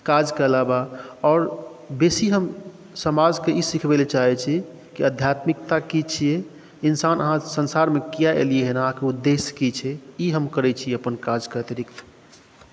काजके अलावा और बेसी हम समाजके ई सिखबै ला चाहै छिऐ जे आध्यात्मिकता की छी इन्सान अहाँ संसारमे किआ एलिऐ हँ अहाँके उदेश्य की छै ई हम करै छी अपन काजके अतिरिक्त